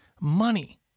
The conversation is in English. money